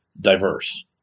diverse